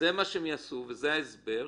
זה מה שהם יעשו וזה ההסבר,